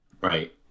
Right